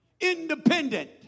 Independent